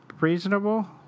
reasonable